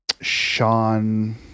sean